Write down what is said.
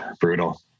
brutal